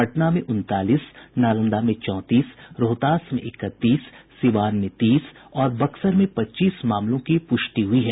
पटना में उनतालीस नालंदा में चौंतीस रोहतास में इकतीस सिवान में तीस और बक्सर में पच्चीस मामलों की पुष्टि हुई है